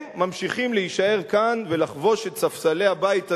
הם ממשיכים להישאר כאן ולחבוש את ספסלי הבית הזה,